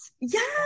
yes